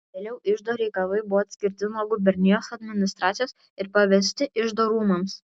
vėliau iždo reikalai buvo atskirti nuo gubernijos administracijos ir pavesti iždo rūmams